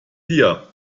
dir